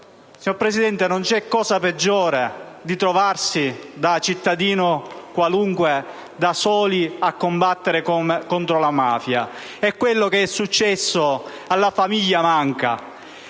Signor Presidente, non c'è cosa peggiore che trovarsi da cittadini qualunque a combattere da soli contro la mafia, ed è quello che è successo alla famiglia Manca.